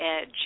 edge